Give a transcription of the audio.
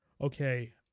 okay